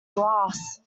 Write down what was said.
glass